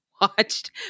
watched